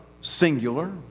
singular